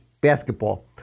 basketball